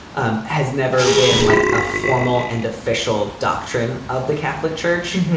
um has never been like a formal and official doctrine of the catholic church.